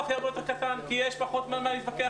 יהיה יותר קטן כי יש פחות על מה להתווכח.